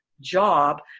job